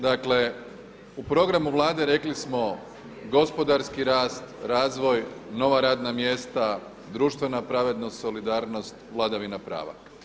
Dakle, u programu Vlade rekli smo gospodarski rast, razvoj, nova radna mjesta, društvena pravednost, solidarnost, vladavina prava.